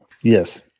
Yes